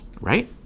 right